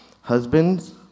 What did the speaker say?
Husbands